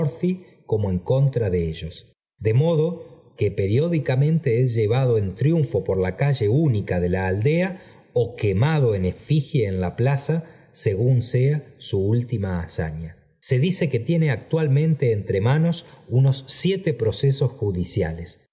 como contra ellos de modo que periódicamente es llevado en triunfo por la calle única de la aldea ó quemado en efigie en la plaza según sea su última hazaña se dice que tiene actualmente entre manos unos siete procesos judiciales